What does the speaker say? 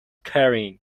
carrying